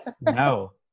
No